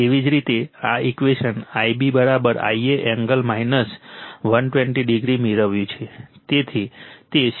તેવી જ રીતે આ equation Ib Ia angle 120o મેળવ્યું છે તેથી તે 6